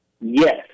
Yes